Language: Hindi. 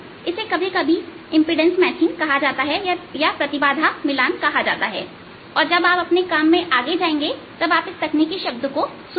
इसे कभी कभी इंपीडेंस मैचिंग कहा जाता है और जब आप अपने काम में आगे जाएंगे तब आप इस तकनीकी शब्द को सुनेंगे